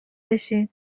بشین